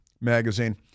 magazine